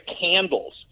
candles